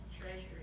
Treasury